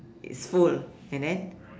is full and then